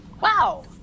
wow